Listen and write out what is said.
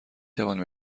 توانم